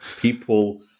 People